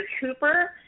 Cooper